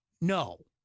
No